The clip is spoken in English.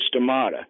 stomata